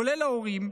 כולל ההורים,